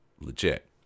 legit